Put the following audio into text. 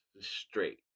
Straight